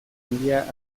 handia